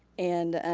and